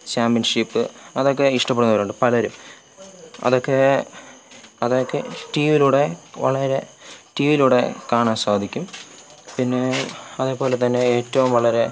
championship അതൊക്കെ ഇഷ്ടപ്പെടുന്നവരുണ്ട് പലരും അതൊക്കെ അതൊക്കെ ടി വിയിലൂടെ വളരെ ടി വിയിലൂടെ കാണാൻ സാധിക്കും പിന്നേ അതേപോലെതന്നെ ഏറ്റവും വളരെ